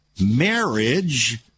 marriage